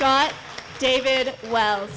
got david wells